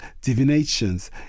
divinations